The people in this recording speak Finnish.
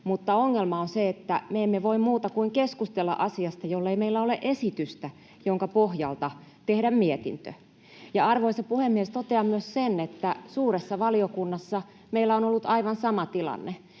mutta ongelma on se, että me emme voi muuta kuin keskustella asiasta, jollei meillä ole esitystä, jonka pohjalta tehdä mietintö. Arvoisa puhemies! Totean myös, että suuressa valiokunnassa meillä on ollut aivan sama tilanne.